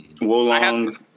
Wolong